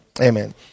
Amen